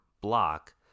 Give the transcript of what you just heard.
block